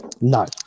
No